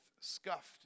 scuffed